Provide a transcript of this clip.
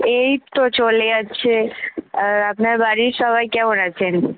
এই তো চলে যাচ্ছে আর আপনার বাড়ির সবাই কেমন আছেন